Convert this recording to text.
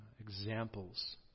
examples